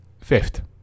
Fifth